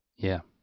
yeah.